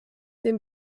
dem